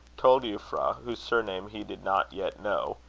told euphra, whose surname he did not yet know,